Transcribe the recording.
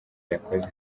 yakoze